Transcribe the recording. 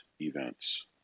events